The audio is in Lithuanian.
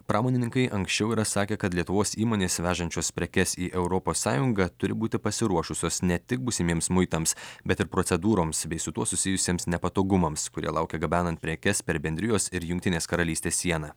pramonininkai anksčiau yra sakę kad lietuvos įmonės vežančios prekes į europos sąjungą turi būti pasiruošusios ne tik būsimiems muitams bet ir procedūroms bei su tuo susijusiems nepatogumams kurie laukia gabenant prekes per bendrijos ir jungtinės karalystės sieną